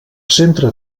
centre